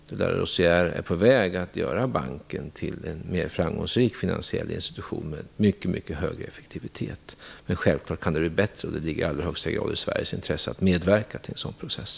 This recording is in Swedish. de Larosière är på väg att göra banken till en mera framgångsrik finansiell institution med mycket mycket större effektivitet. Det kan självfallet bli bättre, och det ligger i allra högsta grad i Sveriges intresse att medverka till en sådan process.